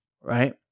right